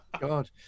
God